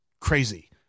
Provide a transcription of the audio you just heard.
crazy